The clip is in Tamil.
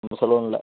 நம்ம சலூனில்